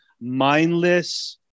mindless